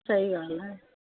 सही ॻाल्हि आहे